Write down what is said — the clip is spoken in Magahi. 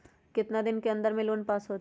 कितना दिन के अन्दर में लोन पास होत?